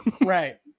right